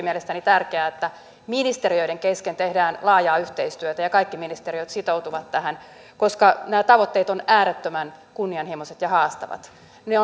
mielestäni tärkeää että ministeriöiden kesken tehdään laajaa yhteistyötä ja kaikki ministeriöt sitoutuvat tähän koska nämä tavoitteet ovat äärettömän kunnianhimoiset ja haastavat ne